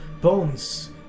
bones